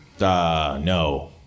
No